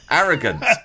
arrogant